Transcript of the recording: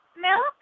Milk